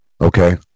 Okay